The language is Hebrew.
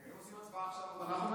אם עושים הצבעה עכשיו, אנחנו מנצחים?